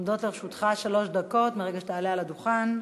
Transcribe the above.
עומדות לרשותך שלוש דקות מרגע שתעלה על הדוכן.